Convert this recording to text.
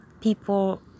people